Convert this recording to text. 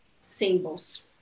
symbols